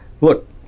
look